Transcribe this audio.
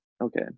okay –